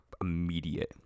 immediate